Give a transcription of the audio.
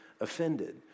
offended